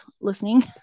listening